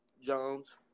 Jones